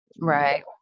Right